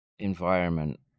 environment